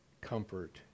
comfort